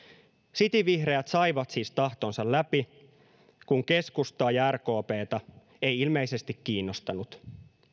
cityvihreät saivat siis tahtonsa läpi kun keskustaa ja rkptä ei ilmeisesti kiinnostanut